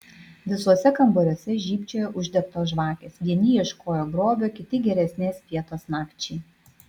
visuose kambariuose žybčiojo uždegtos žvakės vieni ieškojo grobio kiti geresnės vietos nakčiai